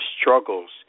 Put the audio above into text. struggles